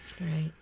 Right